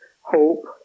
hope